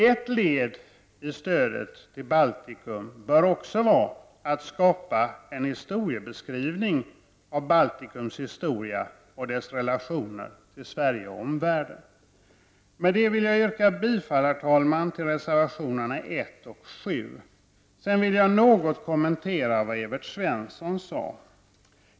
Ett led i stödet till Baltikum bör också vara att skapa en historieskrivning om Baltikum och dess relationer till Sverige och omvärlden. Herr talman! Med detta vill jag yrka bifall till reservationerna 1 och 7. Sedan vill jag något kommentera det Evert Svensson sade.